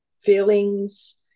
feelings